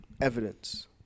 evidence